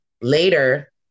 later